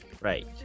right